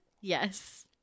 yes